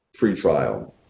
pretrial